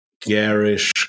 garish